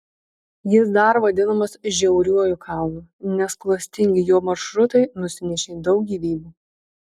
jis dar vadinamas žiauriuoju kalnu nes klastingi jo maršrutai nusinešė daug gyvybių